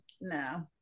no